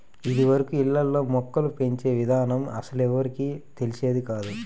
ఇదివరకు ఇళ్ళల్లో మొక్కలు పెంచే ఇదానం అస్సలెవ్వరికీ తెలిసేది కాదు